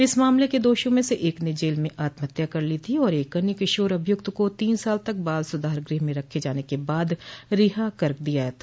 इस मामले के दोषियों में से एक ने जेल में आत्म हत्या कर ली थी और एक अन्य किशोर अभियुक्त को तीन साल तक बाल सुधार गृह में रखे जाने के बाद रिहा कर दिया गया था